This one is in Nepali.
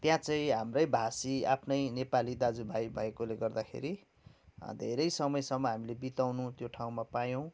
त्यहाँ चाहिँ हाम्रै भाषी आफ्नै नेपाली दाजु भाइ भएकोले गर्दाखेरी धेरै समयसम्म हामीले बिताउनु त्यो ठउँमा पायौँ